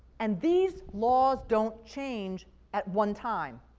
and these laws don't change at one time.